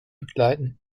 begleiten